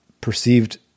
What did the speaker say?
perceived